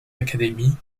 académies